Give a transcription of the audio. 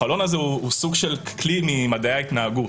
החלון הזה הוא סוג של כלי ממדעי ההתנהגות,